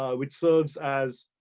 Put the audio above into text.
which serves as,